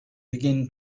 begin